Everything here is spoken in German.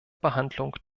behandlung